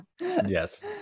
yes